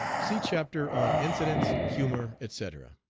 see chapter on incidents, humor, etc.